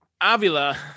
Avila